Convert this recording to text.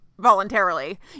Voluntarily